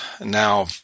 Now